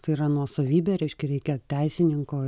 tai yra nuosavybė reiškia reikia teisininko